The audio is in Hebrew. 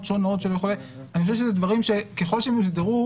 שונות וכולי אני חושב שככל שהדברים יוסדרו,